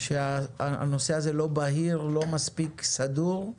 שהנושא הזה לא בהיר, לא מספיק סדור.